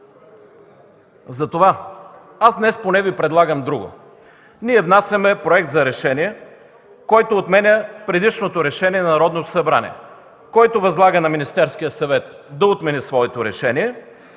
Затова днес Ви предлагам друго. Ние внасяме Проект за решение, който отменя предишното решение на Народното събрание, който възлага на Министерския съвет да отмени своето решение,